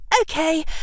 Okay